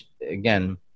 again